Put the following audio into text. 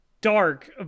dark